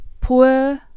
poor